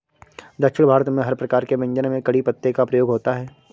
दक्षिण भारत में हर प्रकार के व्यंजन में कढ़ी पत्ते का प्रयोग होता है